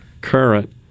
current